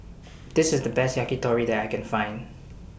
This IS The Best Yakitori that I Can Find